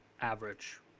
average